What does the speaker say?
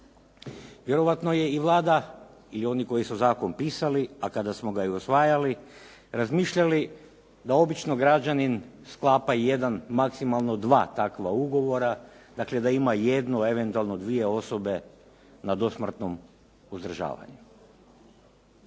Vjerojatno je i Vlada i oni koji su zakon pisali a kada smo ga i usvajali razmišljali da obično građanin sklapa i jedan maksimalno dva takva ugovora, dakle da ima jednu, eventualno dvije osobe na dosmrtnom uzdržavanju.